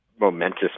momentous